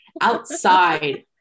outside